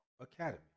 Academy